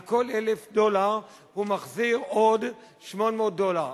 על כל 1,000 דולר הוא מחזיר עוד 80 דולר.